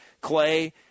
Clay